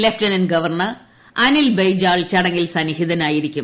lieutenant governor Anil Baijal ചടങ്ങിൽ സന്നിഹിതനായിരിക്കും